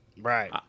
right